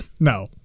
No